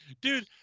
dude